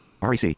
REC